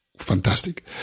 Fantastic